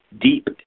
deep